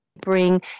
bring